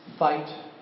fight